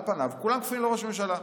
על פניו כולם כפופים לראש הממשלה.